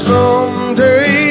Someday